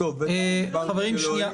למה לא?